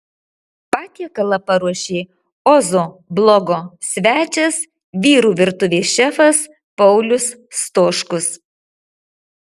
patiekalą paruošė ozo blogo svečias vyrų virtuvės šefas paulius stoškus